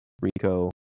Rico